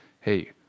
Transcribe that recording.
hey